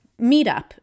Meetup